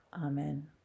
Amen